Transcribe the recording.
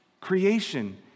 creation